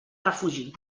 refugi